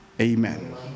Amen